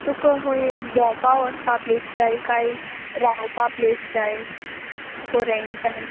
तुका खूंय भोंवपाक वसपा प्लेस जाय काय रावपा प्लेस जाय कोंरेंटान